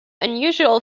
unusual